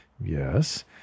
yes